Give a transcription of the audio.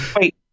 Wait